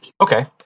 Okay